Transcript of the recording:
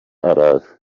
araza